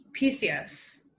PCS